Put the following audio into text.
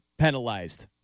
penalized